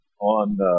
on